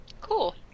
cool